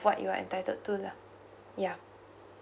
what you are entitled to lah yeah